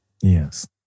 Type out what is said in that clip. Yes